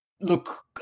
look